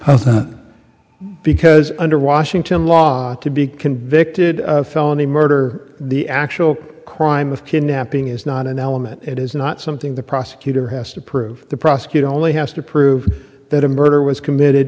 murder because under washington law to be convicted of felony murder the actual crime of kidnapping is not an element it is not something the prosecutor has to prove the prosecutor only has to prove that a murder was committed